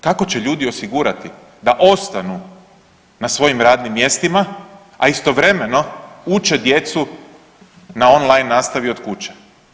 Kako će ljudi osigurati da ostanu na svojim radnim mjestima, a istovremeno uče djecu na online nastavi od kuće.